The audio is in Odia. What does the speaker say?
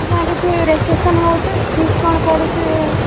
ଆଜ୍ଞା କିଛି ରେଜିଷ୍ଟ୍ରେସନ୍ ହେଉଛିି ଫିଇସ୍ କଣ ପଡ଼ୁଛି